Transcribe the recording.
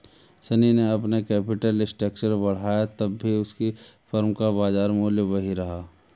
शनी ने अपना capital structure बढ़ाया तब भी उसकी फर्म का बाजार मूल्य वही रहा